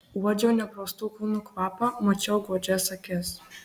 uodžiau nepraustų kūnų kvapą mačiau godžias akis